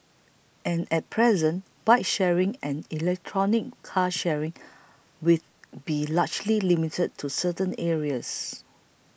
and at present bike sharing and electric car sharing with be largely limited to certain areas